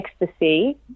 ecstasy